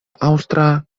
aŭstra